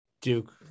Duke